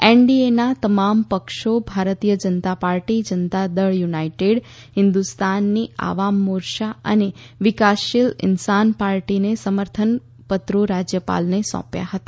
એનડીએના તમામ પક્ષો ભારતીય જનતા પાર્ટી જનતા દળ યુનાઈટેડ હિન્દુસ્તાની આવામ મોર્યા અને વિકાસશીલ ઈન્સાન પાર્ટીએ સમર્થન પત્રો રાજ્યપાલને સોંપ્યા હતા